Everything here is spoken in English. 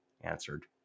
answered